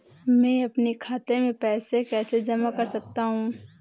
मैं अपने खाते में पैसे कैसे जमा कर सकता हूँ?